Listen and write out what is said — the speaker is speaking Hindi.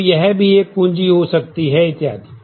तो यह भी एक कुंजी हो सकती है इत्यादि